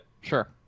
sure